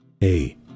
Hey